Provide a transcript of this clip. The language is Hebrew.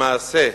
למעשה,